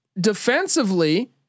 Defensively